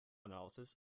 analysis